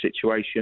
situation